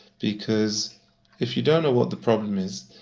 because if you don't know what the problem is,